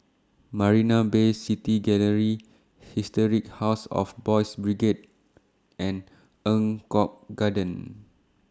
Marina Bay City Gallery Historic House of Boys' Brigade and Eng Kong Garden